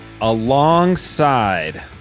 alongside